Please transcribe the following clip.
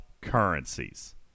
currencies